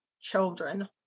children